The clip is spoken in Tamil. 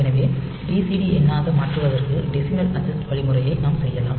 எனவே பிசிடி எண்ணாக மாற்றுவதற்கு டெசிமல் அட்ஜெஸ்ட் வழிமுறையை நாம் செய்யலாம்